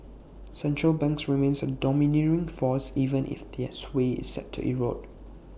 central banks remain A domineering force even if their sway is set to erode